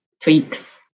tweaks